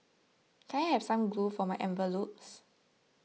can I have some glue for my envelopes